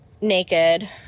naked